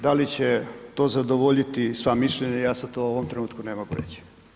Da li će to zadovoljiti sva mišljenja, ja sad to u ovom trenutku ne mogu reći.